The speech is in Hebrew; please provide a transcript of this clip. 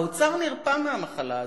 האוצר נרפא מהמחלה הזאת.